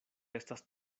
estas